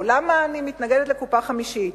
למה אני מתנגדת לקופה חמישית?